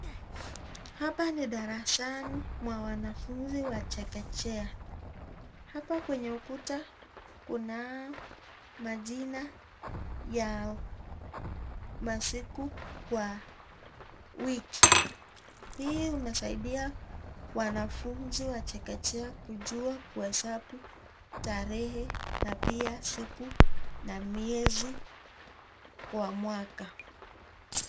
Hapa ni darasani mwa wanafunzi wa chekechea, hapa kwenye ukuta kunayo majina ya masiku kwa wiki, hii inasaidia wanafunzi wa chekechea kujua kuhesabu tarehe na pia siku na miezi kwa mwaka.